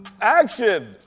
action